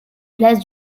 place